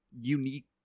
unique